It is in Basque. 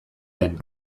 den